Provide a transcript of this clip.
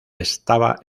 estaba